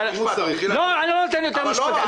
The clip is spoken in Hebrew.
אני לא נותן יותר משפטים.